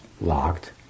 locked